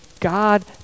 God